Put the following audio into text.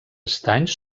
estanys